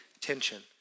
tension